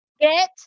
Get